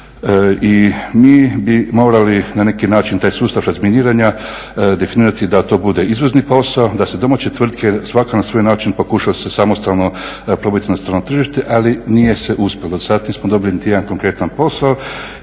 I mi bi morali na neki način taj sustav razminiranja definirati da to bude izvozni posao, da se domaće tvrtke svaka na svoj način pokuša samostalno probiti na strano tržište ali nije se uspjelo. Do sada nismo dobili niti jedan konkretan posao.